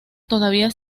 todavía